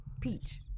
Peach